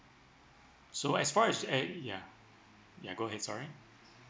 so as far as at ya ya go ahead sorry